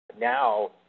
Now